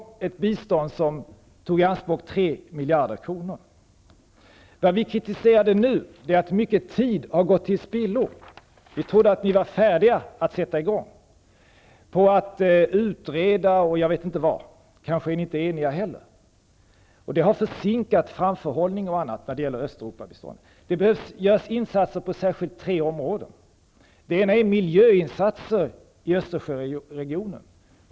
Detta bistånd tog i anspråk 3 Det som vi nu kritiserade var att mycket tid har gått till spillo. Vi trodde att ni var färdiga att sätta i gång. Ni håller på att utreda och jag vet inte vad. Ni är kanske heller inte eniga. Detta har försinkat framförhållning och annat när det gäller Östeuropabistånd. Det behövs insatser på särskilt tre områden. För det första behövs det miljöinsatser i Östersjöregionen.